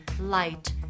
light